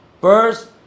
first